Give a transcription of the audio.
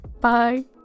bye